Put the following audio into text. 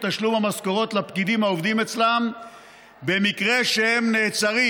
תשלום המשכורות לפקידים העובדים אצלם במקרה שהם נעצרים"